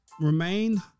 remain